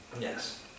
Yes